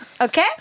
Okay